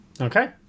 Okay